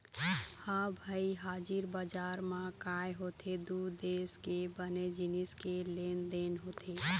ह भई हाजिर बजार म काय होथे दू देश के बने जिनिस के लेन देन होथे